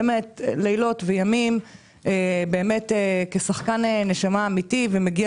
עבד לילות וימים כשחקן נשמה אמיתי ומגיע